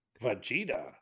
Vegeta